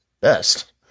Best